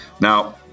Now